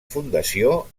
fundació